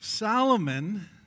Solomon